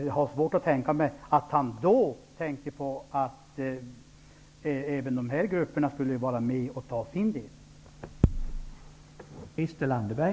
Jag har svårt att tänka mig att han då menade att även dessa grupper skulle vara med och ta sin del.